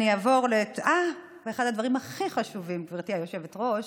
אחד הדברים הכי חשובים, גברתי היושבת-ראש,